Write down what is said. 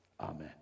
amen